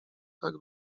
tak